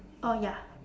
oh ya